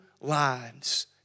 lives